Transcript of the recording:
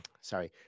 sorry